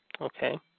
Okay